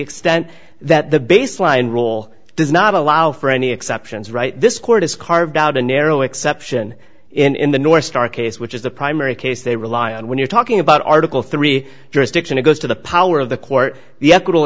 extent that the baseline role does not allow for any exceptions right this court has carved out a narrow exception in the north star case which is the primary case they rely on when you're talking about article three jurisdiction it goes to the power of the court the ethical